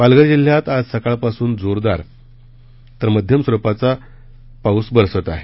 पालघर जिल्ह्यात आज सकाळपासूनचं जोरदार तर मध्यम स्वरूपाचा पाऊस बरसत आहेत